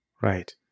Right